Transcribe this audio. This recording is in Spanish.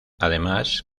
además